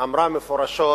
אמרה מפורשות